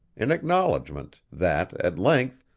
in acknowledgment, that, at length,